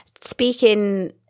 speaking